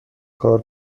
کار